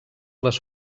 les